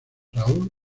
raúl